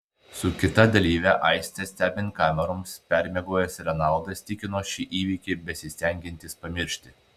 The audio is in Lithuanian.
su kita dalyve aiste stebint kameroms permiegojęs renaldas tikino šį įvykį besistengiantis pamiršti